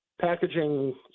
packaging